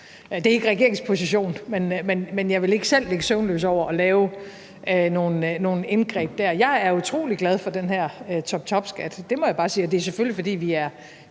Det er ikke regeringens position. Men jeg ville ikke selv ligge søvnløs over at lave nogle indgreb der. Jeg er utrolig glad for den her toptopskat. Det må jeg bare sige. Og det er selvfølgelig, fordi vi er